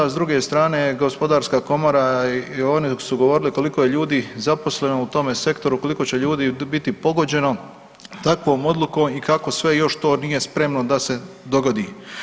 S druge strane Gospodarska komora i oni su govorili koliko je ljudi zaposleno u tome sektoru, koliko će ljudi biti pogođeno takvom odlukom i kako sve još to nije spremno da se dogodi.